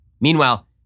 Meanwhile